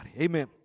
Amen